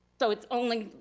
so it's only,